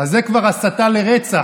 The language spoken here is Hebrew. אז זה כבר הסתה לרצח.